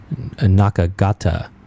Nakagata